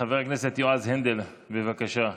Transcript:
חבר הכנסת יועז הנדל, בבקשה,